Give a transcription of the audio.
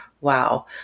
Wow